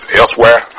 elsewhere